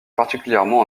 particulièrement